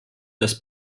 des